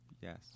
Yes